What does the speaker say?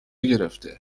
گرفته